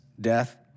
death